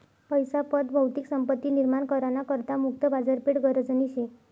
पैसा पत भौतिक संपत्ती निर्माण करा ना करता मुक्त बाजारपेठ गरजनी शे